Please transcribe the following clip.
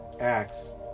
acts